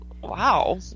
wow